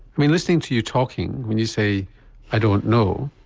i mean listening to you talking when you say i don't know,